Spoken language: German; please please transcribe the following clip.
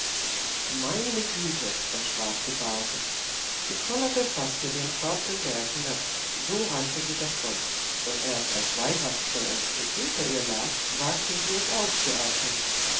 meine güte erschrak die base sie kollerte fast mit ihrem korb den berg hinab so rannte sie davon und erst als waldrast schon ein stück hinter ihr lag wagte sie es aufzuatmen